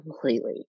completely